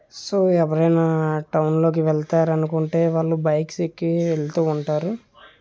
so ఎవరన్నా టౌన్లోకి వెళ్తారనుకుంటే వాళ్ళు బైక్స్ ఎక్కి వెళ్తూ ఉంటారు